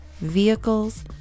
vehicles